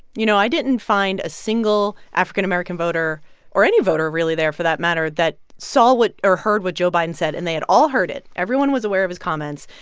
you know, i didn't find a single african american voter or any voter, really, there for that matter that saw or heard what joe biden said. and they had all heard it everyone was aware of his comments.